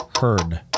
heard